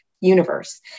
universe